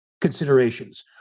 considerations